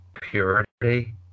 purity